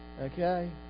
Okay